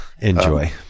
Enjoy